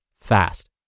fast